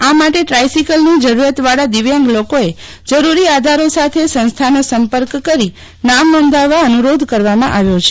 આ માટે ટ્રાયસિકલની જરૂરિયાતવાળા દિવ્યાંગ લોકોએ જરૂરી આધારો સાથે સંસ્થાનો સંપર્ક કરી નામ નોંધાવવા અનુરોધ કરવામાં આવ્યો છે